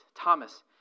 Thomas